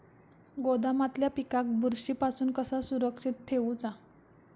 गोदामातल्या पिकाक बुरशी पासून कसा सुरक्षित ठेऊचा?